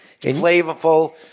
Flavorful